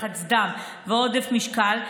לחץ דם ועודף משקל,